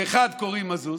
לאחד קוראים מזוז,